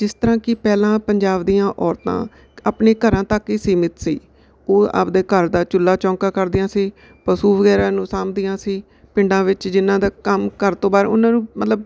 ਜਿਸ ਤਰ੍ਹਾਂ ਕਿ ਪਹਿਲਾਂ ਪੰਜਾਬ ਦੀਆਂ ਔਰਤਾਂ ਆਪਣੇ ਘਰਾਂ ਤੱਕ ਹੀ ਸੀਮਿਤ ਸੀ ਉਹ ਆਪਦੇ ਘਰ ਦਾ ਚੁੱਲਾ ਚੌਂਕਾ ਕਰਦੀਆਂ ਸੀ ਪਸ਼ੂ ਵਗੈਰਾ ਨੂੰ ਸਾਂਭਦੀਆਂ ਸੀ ਪਿੰਡਾਂ ਵਿੱਚ ਜਿਹਨਾਂ ਦਾ ਕੰਮ ਘਰ ਤੋਂ ਬਾਹਰ ਉਹਨਾਂ ਨੂੰ ਮਤਲਬ